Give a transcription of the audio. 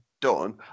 done